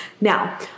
Now